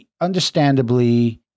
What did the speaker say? understandably